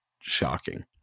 shocking